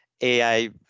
AI